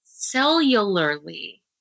cellularly